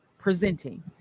presenting